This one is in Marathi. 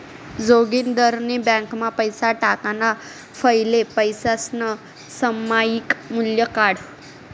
जोगिंदरनी ब्यांकमा पैसा टाकाणा फैले पैसासनं सामायिक मूल्य काढं